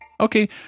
Okay